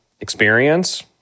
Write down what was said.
experience